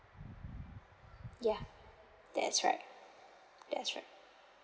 ya that's right ya sure